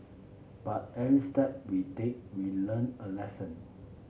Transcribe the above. but every step we take we learn a lesson